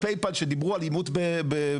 "פייפאל" שדיברו על אימות אי-מייל,